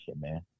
man